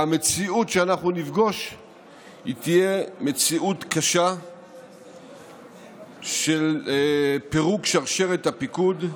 והמציאות שאנחנו נפגוש תהיה מציאות קשה של פירוק שרשרת הפיקוד,